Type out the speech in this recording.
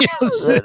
Yes